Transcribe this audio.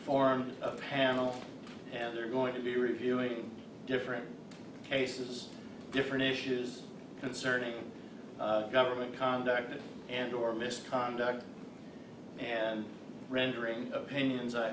form a panel and they're going to be reviewing different cases different issues concerning government conduct and or misconduct and rendering opinions i